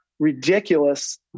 ridiculous